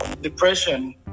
Depression